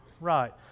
Right